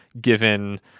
Given